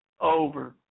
over